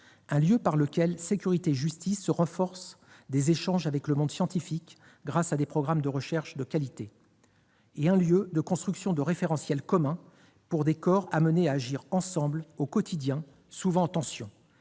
un lieu par lequel sécurité et justice se renforcent des échanges avec le monde scientifique, grâce à des programmes de recherche de qualité ; un lieu de construction de référentiels communs pour des corps amenés à agir ensemble au quotidien, souvent en tension.